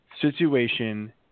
situation